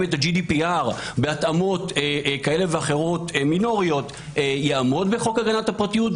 אותו בהתאמות כאלה ואחרות מינוריות יעמוד בחוק הגנת הפרטיות,